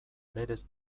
berez